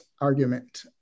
argument